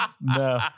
No